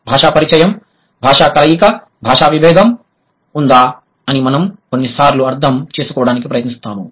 భాషా పరిచయం భాషా కలయిక భాషా విభేదం ఉందా అని మనము కొన్నిసార్లు అర్థం చేసుకోవడానికి ప్రయత్నిస్తాము